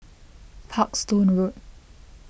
Parkstone Road